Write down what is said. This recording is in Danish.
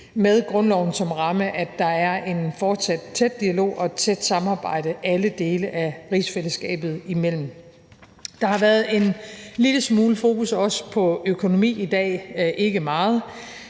med grundloven som ramme, at der er en fortsat tæt dialog og et tæt samarbejde alle dele af rigsfællesskabet imellem. Der har også været en lille smule fokus på økonomi i dag – ikke meget.